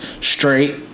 straight